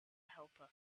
helper